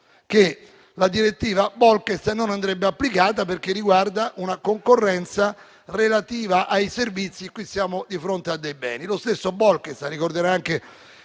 che la direttiva Bolkestein non andrebbe applicata perché riguarda una concorrenza relativa ai servizi, e qui siamo di fronte a beni. Lo stesso Bolkestein - lo ricorderà anche